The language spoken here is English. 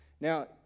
Now